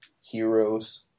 heroes